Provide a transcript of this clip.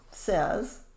Says